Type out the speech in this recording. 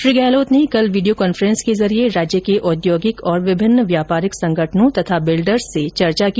श्री गहलोत ने कल video conference के जरिए राज्य के औद्योगिक और विभिन्न व्यापारिक संगठनों तथा बिल्डर्स से चर्चा की